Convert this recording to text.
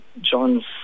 John